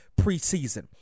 preseason